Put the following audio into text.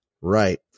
right